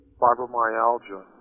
fibromyalgia